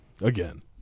again